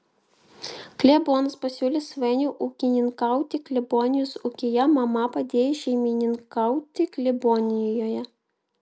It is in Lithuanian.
klebonas pasiūlė svainiui ūkininkauti klebonijos ūkyje mama padėjo šeimininkauti klebonijoje